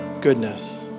goodness